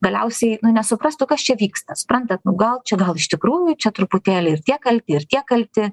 galiausiai nu nesuprastų kas čia vyksta supranta gal čia gal iš tikrųjų čia truputėlį ir tie kalti ir tie kalti